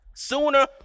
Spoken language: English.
sooner